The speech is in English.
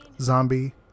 Zombie